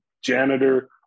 janitor